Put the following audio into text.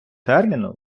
терміну